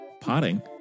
potting